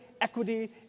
equity